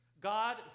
God